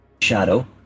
Shadow